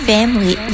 Family